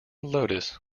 lotus